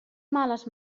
males